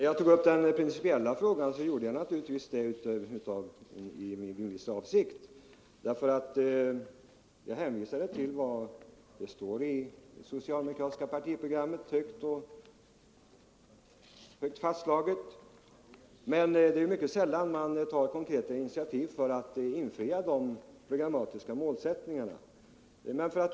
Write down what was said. Herr talman! När jag tog upp den principiella frågan gjorde jag det naturligtvis i en viss avsikt. Jag hänvisade till vad som är fastslaget i det socialdemokratiska partiprogrammet. Det är emellertid mycket sällan som man tar konkreta initiativ för att uppnå målen i programmet.